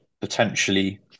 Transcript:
potentially